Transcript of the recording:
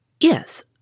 Yes